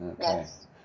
yes